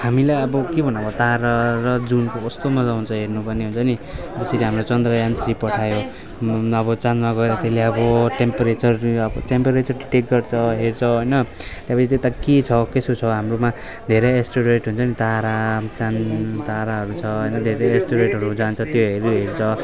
हामीलाई अब के भन्नु अब तारा र जुनको कस्तो मज्जा आउछ हेर्नु पनि हुन्छ नि जसरी हाम्रो चन्द्रयान थ्री पठायो अब चाँदमा गएर त्यसले अब टेम्परेचर अब टेम्परेचर टेक गर्छ हेर्छ होइन त्यहाँपछि त्यता के छ कसो छ हाम्रोमा धेरै एस्टरोएड हुन्छ नि तारा चाँद ताराहरू छ होइन धेरै धेरै एस्टरोएडहरू जान्छ त्योहरू हेर्छ